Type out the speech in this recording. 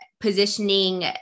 positioning